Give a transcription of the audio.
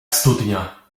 studnia